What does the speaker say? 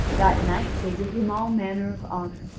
that night they did him all manner of honour,